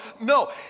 no